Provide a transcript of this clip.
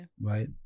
Right